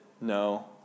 No